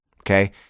Okay